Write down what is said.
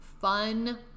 fun